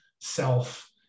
self